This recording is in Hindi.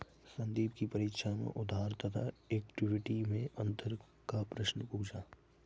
संदीप की परीक्षा में उधार तथा इक्विटी मैं अंतर का प्रश्न पूछा